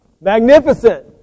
magnificent